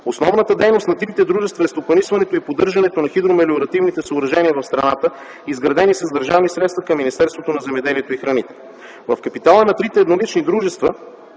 Основната дейност на трите дружества е стопанисването и поддържането на хидромелиоративните съоръжения в страната, изградени с държавни средства към Министерството на земеделието и храните. В капитала на трите еднолични дружества